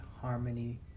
harmony